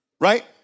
Right